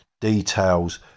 details